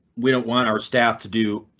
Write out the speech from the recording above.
we don't want our staff to do.